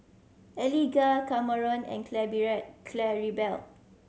Eliga Kameron and Claribel